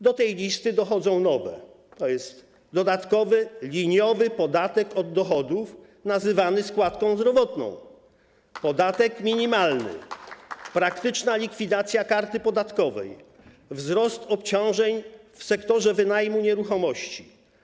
Do tej listy dochodzą nowe: dodatkowy liniowy podatek od dochodów nazywany składką zdrowotną, podatek minimalny, praktyczna likwidacja karty podatkowej, wzrost obciążeń w sektorze wynajmu nieruchomości.